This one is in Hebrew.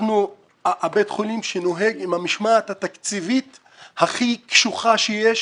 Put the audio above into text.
אנחנו בית חולים שנוהג עם המשמעת התקציבית הכי קשוחה שיש